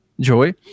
Joy